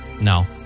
No